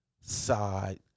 Side